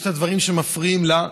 יש את הדברים שמפריעים לה.